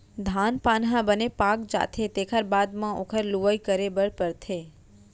धान पान ह बने पाक जाथे तेखर बाद म ओखर लुवई करे बर परथे